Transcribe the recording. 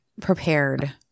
prepared